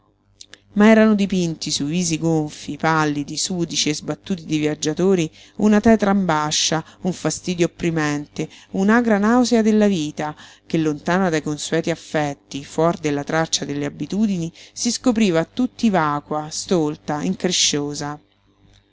ma erano dipinti sui visi gonfii pallidi sudici e sbattuti dei viaggiatori una tetra ambascia un fastidio opprimente un'agra nausea della vita che lontana dai consueti affetti fuor della traccia delle abitudini si scopriva a tutti vacua stolta incresciosa